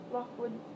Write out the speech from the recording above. Lockwood